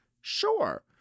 Sure